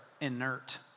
inert